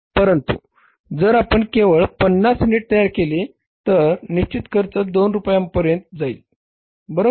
परंतु जर आपण केवळ 50 युनिट्स तयार केले तर निश्चित खर्च 2 रुपयांपर्यंत जाईल बरोबर